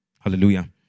Hallelujah